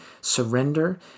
surrender